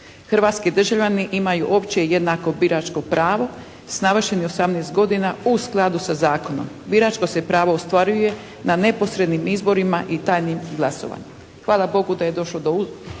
Hrvatski državljani imaju opće i jednako biračko pravo s navršenih 18 godina u skladu sa zakonom. Biračko se pravo ostvaruje na neposrednim izborima i tajnim glasovanje. Hvala Bogu da je došlo do Ustava,